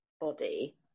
body